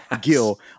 Gil